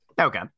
Okay